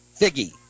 Figgy